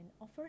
offer